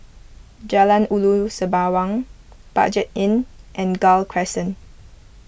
Jalan Ulu Sembawang Budget Inn and Gul Crescent